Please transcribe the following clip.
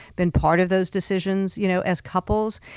been part of those decisions, you know as couples.